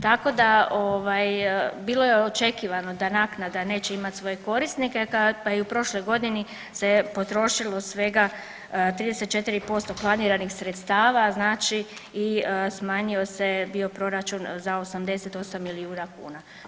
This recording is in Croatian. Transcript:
Tako da ovaj bilo je očekivano da naknada neće imat svoje korisnike, pa i u prošloj godini se je potrošilo svega 34% planiranih sredstava, znači i smanjio se je bio proračun za 88 milijuna kuna.